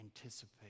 anticipate